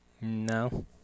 No